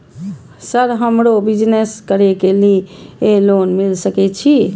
Sir हमरो business करके ली ये लोन मिल सके छे?